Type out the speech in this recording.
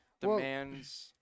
demands